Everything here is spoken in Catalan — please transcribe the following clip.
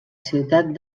ciutat